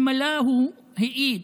אלמלא הוא האט,